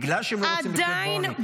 בגלל שהם לא רוצים לחיות בעוני,